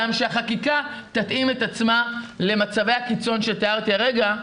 גם שהחקיקה תתאים את עצמה למצבי הקיצון שתיארתי הרגע,